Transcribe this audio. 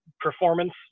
performance